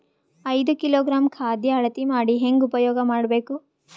ಐದು ಕಿಲೋಗ್ರಾಂ ಖಾದ್ಯ ಅಳತಿ ಮಾಡಿ ಹೇಂಗ ಉಪಯೋಗ ಮಾಡಬೇಕು?